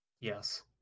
Yes